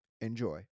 enjoy